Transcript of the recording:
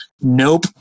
Nope